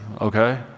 okay